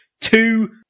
two